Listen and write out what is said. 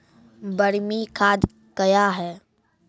बरमी खाद कया हैं?